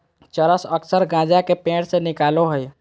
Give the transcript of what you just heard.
चरस अक्सर गाँजा के पेड़ से निकलो हइ